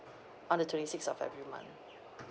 on the twenty sixth of every month